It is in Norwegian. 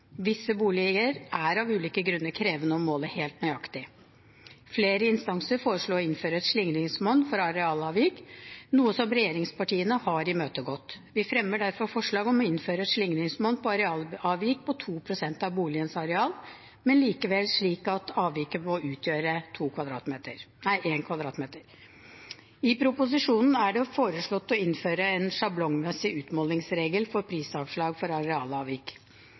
Visse boliger er av ulike grunner krevende å måle helt nøyaktig. Flere instanser foreslo å innføre et slingringsmonn for arealavvik, noe regjeringspartiene har imøtegått. Vi fremmer derfor forslag om å innføre et slingringsmonn for arealavvik på 2 pst. av boligens areal, men likevel slik at avviket må utgjøre 1 m 2 . I proposisjonen er det foreslått å innføre en sjablongmessig utmålingsregel for prisavslag for arealavvik.